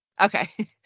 Okay